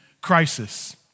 crisis